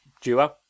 duo